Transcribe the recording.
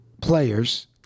players